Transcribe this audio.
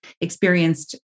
experienced